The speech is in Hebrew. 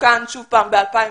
ותוקן שוב ב-2011.